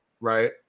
right